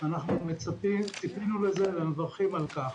אנחנו ציפינו לזה ומברכים על כך.